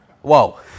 Whoa